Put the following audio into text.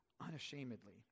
unashamedly